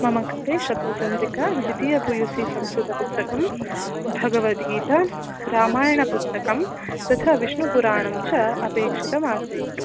मम कृते शब्दचन्द्रिका द्वितीय पि यु सि संस्कृतपुस्तकं भगवद्गीता रामायणपुस्तकम् तथा विष्णुपुराणं च अपेक्षितम् आसीत्